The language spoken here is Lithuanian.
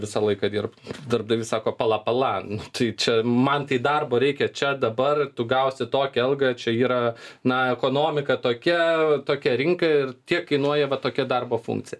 visą laiką dirbt darbdavys sako pala pala tai čia man tai darbo reikia čia dabar tu gausi tokią algą čia yra na ekonomika tokia tokia rinka ir tiek kainuoja va tokia darbo funkcija